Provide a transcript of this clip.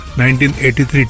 1983